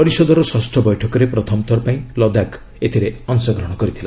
ପରିଷଦର ଷଷ୍ଠ ବୈଠକରେ ପ୍ରଥମଥର ପାଇଁ ଲଦାଖ ଏଥିରେ ଅଂଶଗ୍ରହଣ କରିଥିଲା